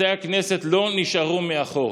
בתי הכנסת לא נשארו מאחור.